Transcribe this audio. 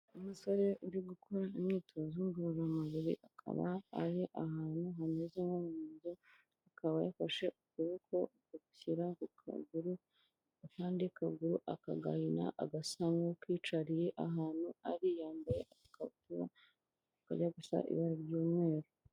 Umusore uri gukora imyitozo ngororamubiri akaba ari ahantu hameze nko muzu akaba yafashe ukuboko ashyira ku kaguru akandi kaguru akagahina agasa nk'ukicariye ahantu ari yambaye akantu kajya gusa ibara ry'umweru.